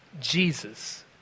Jesus